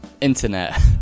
internet